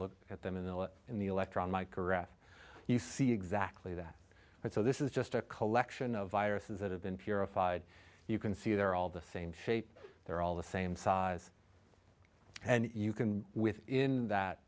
look at them and in the electron my caress you see exactly that and so this is just a collection of viruses that have been purified you can see there are all the same shape there all the same size and you can within that